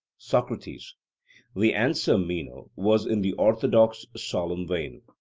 socrates the answer, meno, was in the orthodox solemn vein,